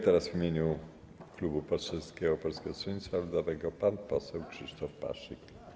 Teraz w imieniu klubu poselskiego Polskiego Stronnictwa Ludowego pan poseł Krzysztof Paszyk.